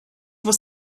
was